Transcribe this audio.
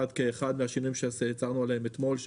אחד מהשינויים שהצהרנו עליהם אתמול הוא